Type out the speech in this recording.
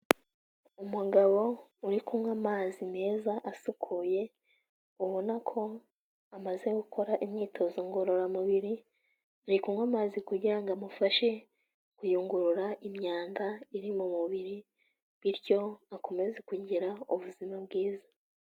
Umugabo uri kunywa amazi meza asukuye, ubona ko amaze gukora imyitozo ngororamubiri ari kunywa amazi kugira ngo amufashe kuyungurura imyanda iri mu mubiri bityo akomeze kugira ubuzima bwiza.